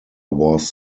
was